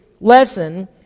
lesson